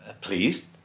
pleased